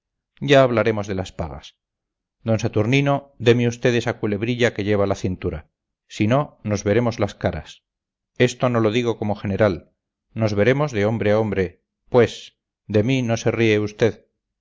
ya hablaremos de las pagas d saturnino deme usted esa culebrilla que lleva a la cintura si no nos veremos las caras esto no lo digo como general nos veremos de hombre a hombre pues de mí no se ríe usted